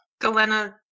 Galena